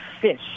fish